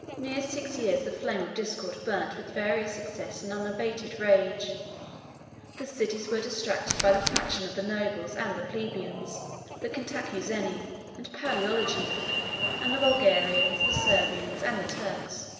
near six years the flame of discord burnt with various success and unabated rage the cities were distracted by the faction of the nobles and the plebeians the cantacuzeni and palaeologi and the bulgarians, the servians, and the turks,